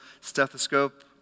stethoscope